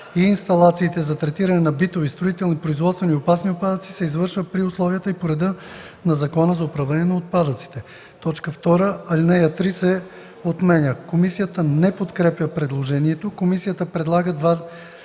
Комисията подкрепя предложението. Комисията предлага да